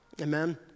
Amen